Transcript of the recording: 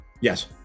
Yes